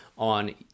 on